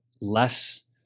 less